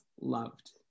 loved